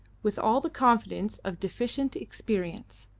with all the confidence of deficient experience.